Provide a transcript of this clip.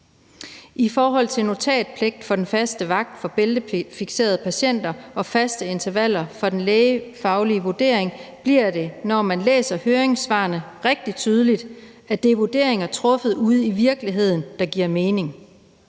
I forhold til notatpligt for den faste vagt for bæltefikserede patienter og faste intervaller for den lægefaglige vurdering bliver det, når man læser høringssvarene, rigtig tydeligt, at det er vurderinger truffet ude i virkeligheden, der giver mening.